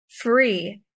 free